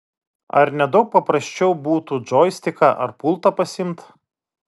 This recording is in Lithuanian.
ar ne daug paprasčiau būtų džoistiką ar pultą pasiimt